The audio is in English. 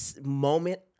moment